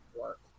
work